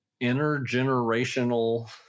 intergenerational